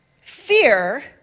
Fear